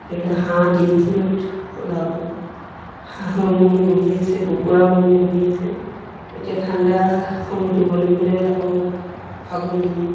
ধৰি লওক হাঁহ ত্ৰিছ দিনত ওলাব হাঁহ উমনিত বহি আছে কুকুৰা উমনিত বহি আছে এতিয়া ঠাণ্ডা সময়টো গ'ল বুলিলে আকৌ ফাগুণ